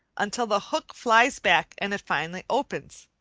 until the hook flies back and it finally opens.